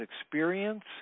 experience